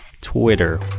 Twitter